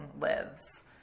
lives